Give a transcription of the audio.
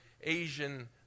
Asian